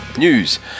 News